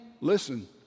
listen